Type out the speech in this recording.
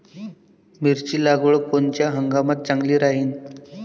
मिरची लागवड कोनच्या हंगामात चांगली राहीन?